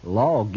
law